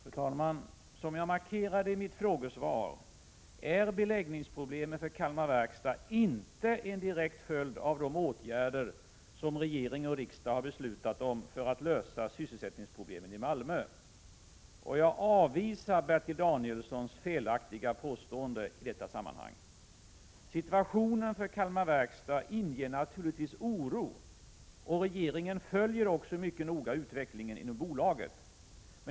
Fru talman! Som jag markerade i mitt frågesvar är beläggningsproblemen för Kalmar Verkstad inte en direkt följd av de åtgärder som regering och riksdag har beslutat om för att lösa sysselsättningsproblemen i Malmö. Jag avvisar Bertil Danielssons felaktiga påstående i det sammanhanget. Situationen för Kalmar Verkstad inger naturligtvis oro, och regeringen följer också mycket noga utvecklingen inom bolaget.